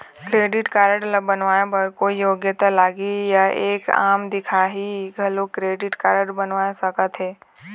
Credit card ला बनवाए बर कोई योग्यता लगही या एक आम दिखाही घलो क्रेडिट कारड बनवा सका थे?